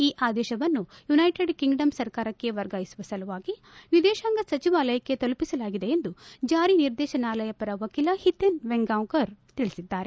ಈ ಆದೇಶವನ್ನು United Kingdom ಸರ್ಕಾರಕ್ಕೆ ವರ್ಗಾಯಿಸುವ ಸಲುವಾಗಿ ವಿದೇತಾಂಗ ಸಚಿವಾಲಯಕ್ಕೆ ತಲುಪಿಸಲಾಗಿದೆ ಎಂದು ಜಾರಿ ನಿರ್ದೇತನಾಲಯ ಪರ ವಕೀಲ ಹಿತೇನ್ ವೆಂಗಾವರ್ ತಿಳಿಸಿದ್ದಾರೆ